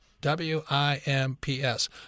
W-I-M-P-S